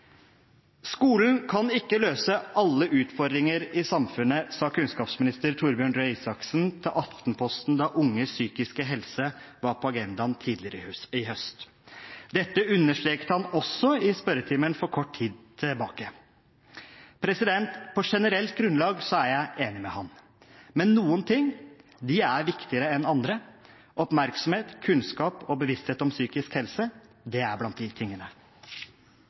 kan ikke løse alle utfordringer i samfunnet», sa kunnskapsminister Torbjørn Røe Isaksen til Aftenposten da unges psykiske helse var på agendaen i fjor høst. Dette understreket han også i spørretimen for kort tid tilbake. På generelt grunnlag er jeg enig med ham, men noen ting er viktigere enn andre. Oppmerksomhet, kunnskap og bevissthet om psykisk helse er blant de tingene.